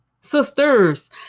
sisters